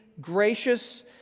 gracious